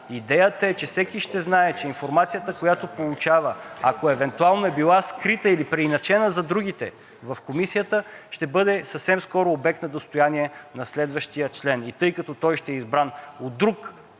Идеята е, че всеки ще знае, че информацията, която получава, ако евентуално е била скрита или преиначена за другите, в Комисията ще бъде съвсем скоро обект на достояние на следващия и тъй като той ще е избран от друг